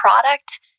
product